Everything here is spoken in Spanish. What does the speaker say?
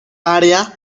área